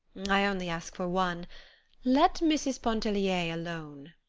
i only ask for one let mrs. pontellier alone.